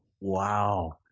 Wow